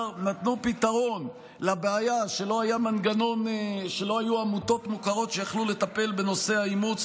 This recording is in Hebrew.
שנתנו פתרון לבעיה שלא היו עמותות מוכרות שיכלו לטפל בנושא האימוץ,